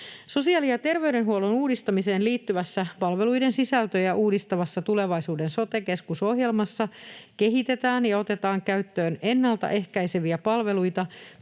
Sosiaali‑ ja terveydenhuollon uudistamiseen liittyvässä, palveluiden sisältöjä uudistavassa tulevaisuuden sote-keskus -ohjelmassa kehitetään ja otetaan käyttöön ennaltaehkäiseviä palveluita